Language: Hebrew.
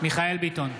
מיכאל מרדכי ביטון,